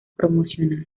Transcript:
promocionar